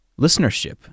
listenership